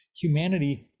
humanity